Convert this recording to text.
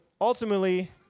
ultimately